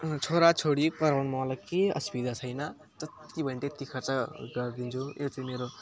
छोराछोरी पढाउन मलाई केही असुविधा छैन जति भन्यो त्यति खर्च गरिदिन्छु यो चाहिँ मेरो कर्तव्य हो